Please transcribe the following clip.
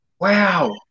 wow